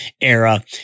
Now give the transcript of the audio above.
era